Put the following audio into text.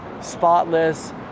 spotless